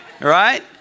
right